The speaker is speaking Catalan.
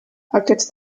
aquests